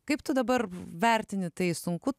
kaip tu dabar v vertini tai sunku